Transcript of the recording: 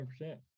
100%